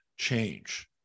change